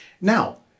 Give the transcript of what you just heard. Now